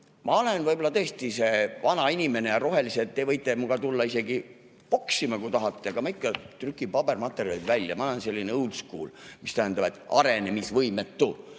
Ma olen võib-olla tõesti see vanainimene, rohelised, te võite minuga tulla isegi poksima, kui tahate, aga ma ikka trükin pabermaterjalid välja. Ma olen sellineold school, mis tähendab arenemisvõimetut.